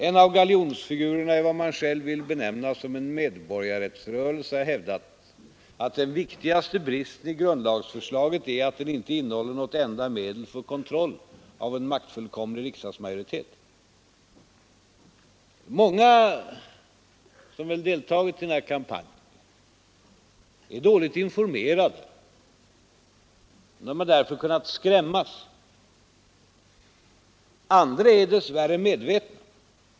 En av galjonsfigurerna i vad man själv vill benämna en ”medborgarrättsrörelse” har hävdat, att ”den viktigaste bristen i grundlagsförslaget är att det inte innehåller något enda medel för kontroll av en maktfullkomlig riksdagsmajoritet”. Många som har deltagit i den här kampanjen är dåligt informerade och har därför kunnat skrämmas. Andra är dess värre medvetna.